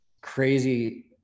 crazy